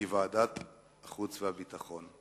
היא ועדת החוץ והביטחון.